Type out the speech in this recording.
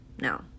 no